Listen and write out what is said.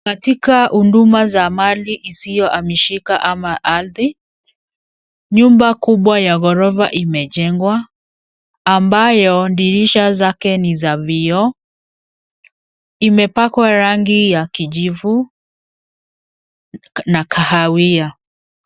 Katika huduma za mali isiyohamishika ama ardhi, nyumba kubwa ya ghorofa imejengwa, ambayo dirisha zake ni za vioo, imepakwa rangi ya kijivu na kahawia.